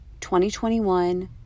2021